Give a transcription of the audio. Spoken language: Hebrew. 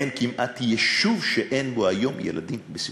אין כמעט יישוב שאין בו היום ילדים בסיכון.